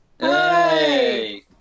Hey